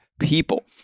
people